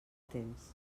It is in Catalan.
temps